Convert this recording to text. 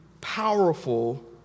powerful